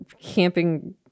camping